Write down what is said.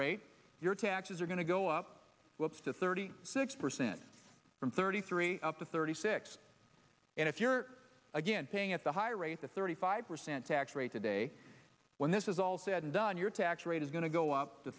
rate your taxes are going to go up to thirty six percent from thirty three up to thirty six and if you're again paying at the higher rate the thirty five percent tax rate today when this is all said and done your tax rate is going to go up t